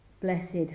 Blessed